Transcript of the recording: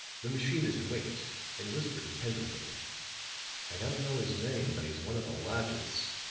the machinist winked and whispered to pendleton i don't know his name, but he's one of the lodgers.